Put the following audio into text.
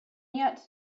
yet